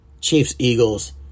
Chiefs-Eagles